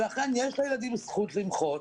ואכן יש לילדים זכות למחות